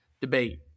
debate